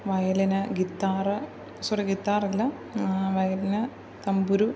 വയലിന് guitar sorry ഗിത്താറല്ല violin തമ്പുരു